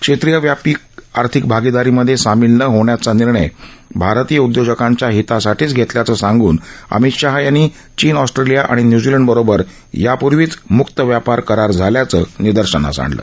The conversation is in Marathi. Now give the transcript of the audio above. क्षेत्रीय व्यापक आर्थिक भागीदारीमधे सामील न होण्याचा निर्णय भारतीय उद्योजकांच्या हितासाठीच घेतल्याचं सांगून अमित शहा यांनी चीन ऑस्ट्रेलिया आणि न्यूझीलंडबरोबर यापूर्वीच मुक्त व्यापार करार झाल्याचं निदर्शनास आणलं